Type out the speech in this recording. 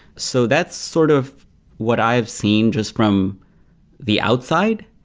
so that's sort of what i have seen just from the outside.